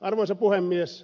arvoisa puhemies